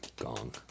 Gong